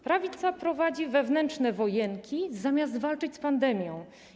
Prawica prowadzi wewnętrzne wojenki, zamiast walczyć z pandemią.